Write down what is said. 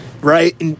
right